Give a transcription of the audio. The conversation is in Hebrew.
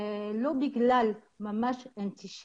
לא בגלל אנטישמיות,